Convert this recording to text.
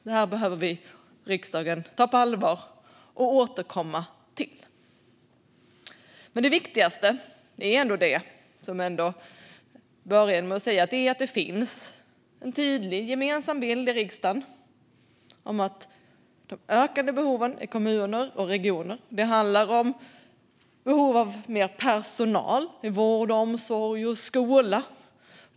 Det behöver riksdagen ta på allvar och återkomma till. Det viktigaste är ändå det som jag började med att säga. Det finns en tydlig gemensam bild i riksdagen om de ökade behoven i kommuner och regioner. Det handlar om behov av mer personal i vård, omsorg och skola.